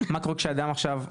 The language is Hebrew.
מה קורה כשאדם עכשיו,